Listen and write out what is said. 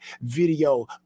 video